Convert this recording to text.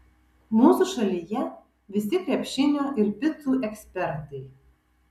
mūsų šalyje visi krepšinio ir picų ekspertai